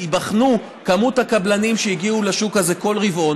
תיבחן כמות הקבלנים שהגיעו לשוק הזה כל רבעון